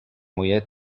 muller